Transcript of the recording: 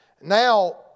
Now